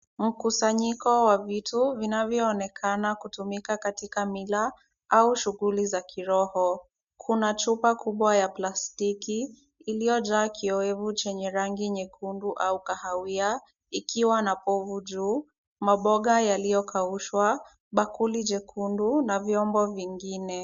Mkusanyiko wa vitu vinavyoonekana kutumika katika mila au shughuli za kiroho. Kuna chupa kubwa ya plastiki, iliyojaa kioevu chenye rangi nyekundu au kahawia ikiwa na povu juu, maboga yaliyokaushwa, bakuli jekundu na vyombo vingine.